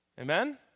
Amen